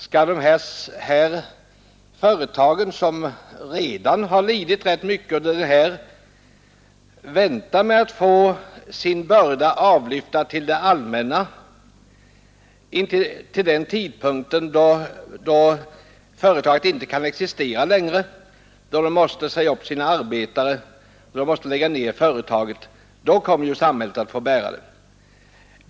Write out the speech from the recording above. Skall dessa företag som redan har lidit rätt mycket vänta med att få sin börda avlyft av det allmänna intill den tidpunkt då företagen inte kan existera längre utan måste säga upp sina arbetare och lägga ned driften — då kommer ju samhället att få bära bördan.